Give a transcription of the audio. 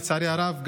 לצערי הרב,